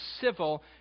civil